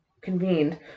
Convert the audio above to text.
convened